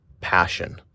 passion